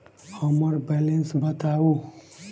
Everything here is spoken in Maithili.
हम्मर बैलेंस बताऊ